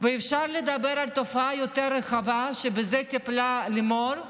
ואפשר לדבר על תופעה יותר רחבה, שבזה טיפלה לימור,